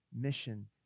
mission